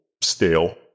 stale